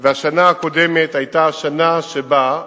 השנה הקודמת היתה השנה שבה,